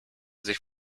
sich